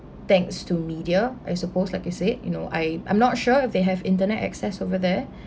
thanks to media I suppose like you said you know I I'm not sure if they have internet access over there